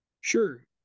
sure